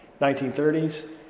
1930s